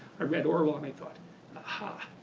i read orwell, and i thought aha!